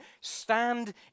stand